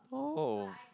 oh